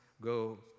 go